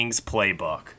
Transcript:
Playbook